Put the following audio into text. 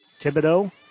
Thibodeau